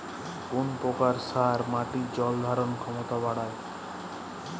কোন প্রকার সার মাটির জল ধারণ ক্ষমতা বাড়ায়?